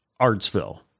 Artsville